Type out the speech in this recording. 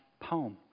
poem